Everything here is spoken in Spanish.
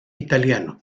italiano